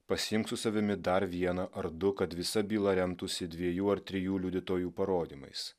pasiimk su savimi dar vieną ar du kad visa byla remtųsi dviejų ar trijų liudytojų parodymais